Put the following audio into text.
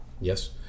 Yes